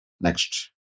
Next